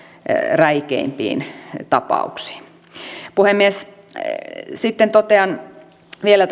räikeimpiin tapauksiin puhemies sitten totean vielä